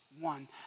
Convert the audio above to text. one